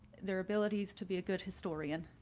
their abilities to be a good historian.